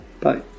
Bye